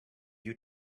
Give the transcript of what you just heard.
you